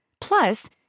Plus